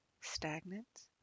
stagnant